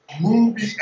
movie